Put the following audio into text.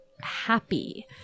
happy